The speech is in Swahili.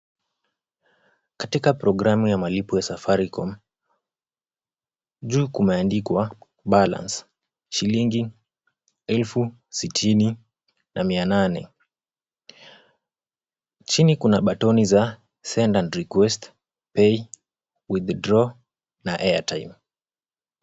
Katika programu ya malipo ya Safaricom, juu kumeandikwa, balance , shilingi elfu sitini na mia nane, chini kuna batoni za, send and request, pay, withdraw na airtime .